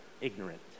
ignorant